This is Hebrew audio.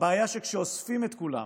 הבעיה שאוספים את כולם.